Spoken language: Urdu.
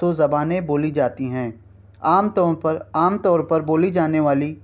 سو زبانیں بولی جاتی ہیں پر عام طور پر بولی جانے والی